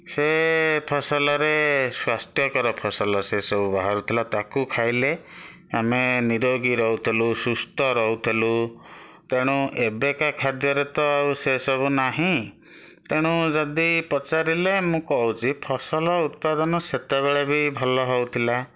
ସେ ଫସଲରେ ସ୍ୱାସ୍ଥ୍ୟକର ଫସଲ ସେସବୁ ବାହାରୁଥିଲା ତାକୁ ଖାଇଲେ ଆମେ ନିରୋଗୀ ରହୁଥିଲୁ ସୁସ୍ଥ ରହୁଥଲୁ ତେଣୁ ଏବେକା ଖାଦ୍ୟରେ ତ ଆଉ ସେସବୁ ନାହିଁ ତେଣୁ ଯଦି ପଚାରିଲେ ମୁଁ କହୁଛି ଫସଲ ଉତ୍ପାଦନ ସେତେବେଳେ ବି ଭଲ ହେଉଥିଲା